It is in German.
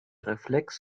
reflex